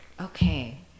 okay